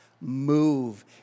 move